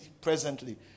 presently